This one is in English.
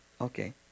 Okay